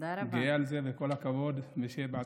גאה על זה, וכל הכבוד ושיהיה בהצלחה.